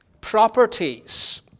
properties